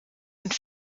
und